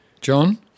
John